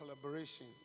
collaboration